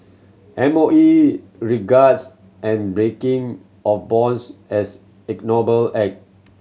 M O E regards and breaking of bonds as ignoble act